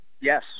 Yes